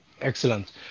excellent